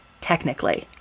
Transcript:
technically